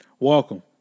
Welcome